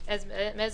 לאילו מועדים?